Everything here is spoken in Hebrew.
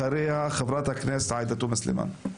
אחריה חברת הכנסת עאידה תומא סלימאן.